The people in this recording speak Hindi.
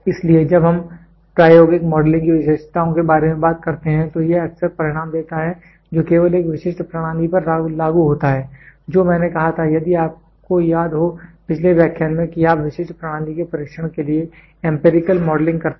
इसलिए जब हम प्रायोगिक मॉडलिंग की विशेषताओं के बारे में बात करते हैं तो यह अक्सर परिणाम देता है जो केवल एक विशिष्ट प्रणाली पर लागू होता है जो मैंने कहा था यदि आपको याद हो पिछले व्याख्यान में कि आप विशिष्ट प्रणाली के परीक्षण के लिए एमपीरीकल मॉडलिंग करते हैं